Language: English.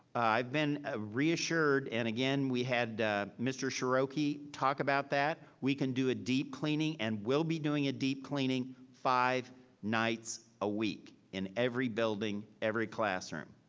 i've been reassured. and again, we had a mr. ciarochi talk about that. we can do a deep cleaning and will be doing a deep cleaning, five nights a week in every building, every classroom.